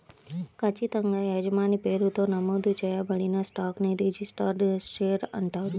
ఖచ్చితంగా యజమాని పేరుతో నమోదు చేయబడిన స్టాక్ ని రిజిస్టర్డ్ షేర్ అంటారు